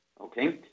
Okay